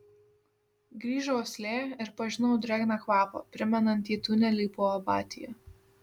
grįžo uoslė ir pažinau drėgną kvapą primenantį tunelį po abatija